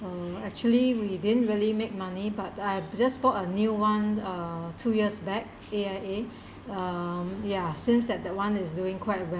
uh actually we didn't really make money but I just bought a new one uh two years back A_I_A um ya since that that one is doing quite well